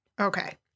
Okay